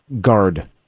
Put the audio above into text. guard